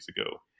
ago